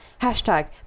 Hashtag